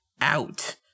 out